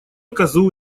козу